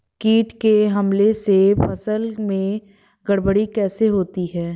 कीट के हमले से फसल में गड़बड़ी कैसे होती है?